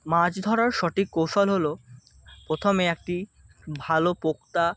মাছ ধরার সঠিক কৌশল হলো প্রথমে একটি ভালো পোক্ত